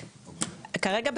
כרגע,